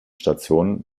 stationen